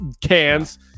cans